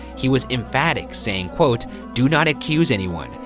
he was emphatic saying, quote, do not accuse anyone.